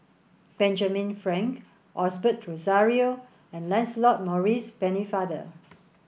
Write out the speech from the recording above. Benjamin Frank Osbert Rozario and Lancelot Maurice Pennefather